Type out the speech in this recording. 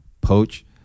poach